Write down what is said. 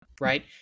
right